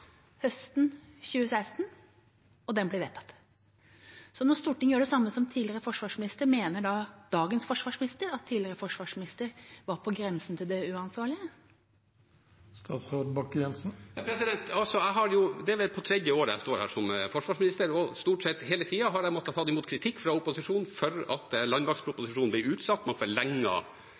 høsten 2016, og den ble vedtatt. Når Stortinget gjør det samme som tidligere forsvarsminister, mener da dagens forsvarsminister at tidligere forsvarsminister var på grensen til det uansvarlige? Det er på tredje året jeg står her som forsvarsminister, og stort sett hele tiden har jeg måttet ta imot kritikk fra opposisjonen for at landmaktproposisjonen ble utsatt, man